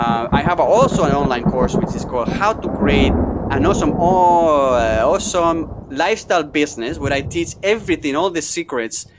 i have also an online course which is called how to create an awesome so um lifestyle business, where i teach everything, all the secrets.